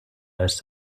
als